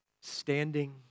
standing